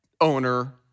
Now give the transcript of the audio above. owner